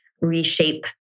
reshape